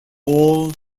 all